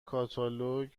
کاتالوگ